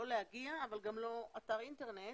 לא להגיע אבל גם לא אתר אינטרנט.